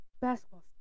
Basketball